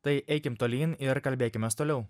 tai eikim tolyn ir kalbėkimės toliau